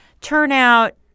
turnout